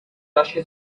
naši